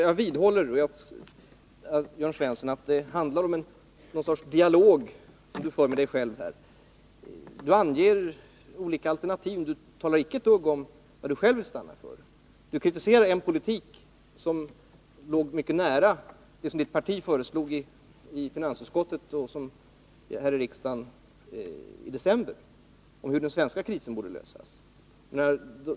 Jag vidhåller att Jörn Svensson här för någon sorts dialog med sig själv. Han anger olika alternativ men talar inte om vad han själv vill stanna för. Jörn Svensson kritiserar en politik som låg mycket nära den politik hans parti föreslog i finansutskottet och här i riksdagen i december när det gällde att lösa den svenska krisen.